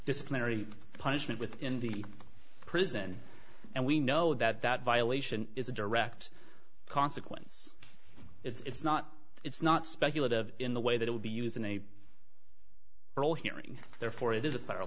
disciplinary punishment within the prison and we know that that violation is a direct consequence it's not it's not speculative in the way that it would be used in a we're all hearing therefore it is a federal